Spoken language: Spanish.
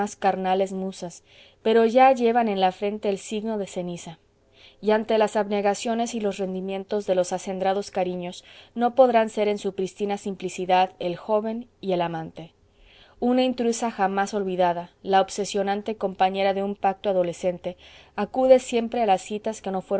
carnales musas pero ya llevan en la frente el signo de ceniza y ante las abnegaciones y los rendimientos de los acendrados cariños no podrán ser en su pristina simplicidad el joven y el amante una intrusa jamás olvidada la obsesionante compañera de un pacto adolescente acude siempre a citas que no